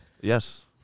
Yes